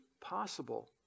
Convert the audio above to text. possible